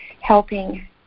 helping